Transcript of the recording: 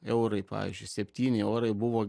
eurai pavyzdžiui septyni eurai buvo